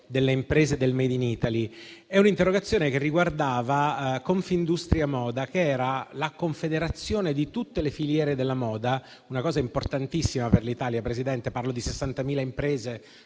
delle imprese e del *made in Italy*. Si tratta di un'interrogazione che riguarda Confindustria Moda, la confederazione di tutte le filiere della moda, una cosa importantissima per l'Italia (parlo di 60.000 imprese,